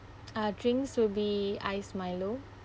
uh drinks will be iced milo